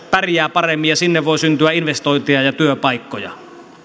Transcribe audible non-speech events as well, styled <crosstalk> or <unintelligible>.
<unintelligible> pärjää paremmin ja sinne voi syntyä investointeja ja ja työpaikkoja